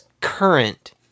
current